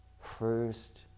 first